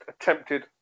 attempted